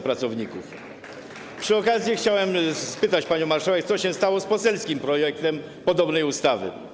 Przy okazji chciałem spytać panią marszałek, co się stało z poselskim projektem podobnej ustawy.